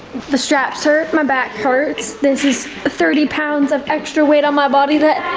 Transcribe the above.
the straps hurt. my back hurts. this is thirty pounds of extra weight on my body that